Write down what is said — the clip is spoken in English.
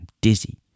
dizzy